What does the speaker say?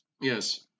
Yes